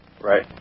Right